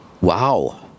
Wow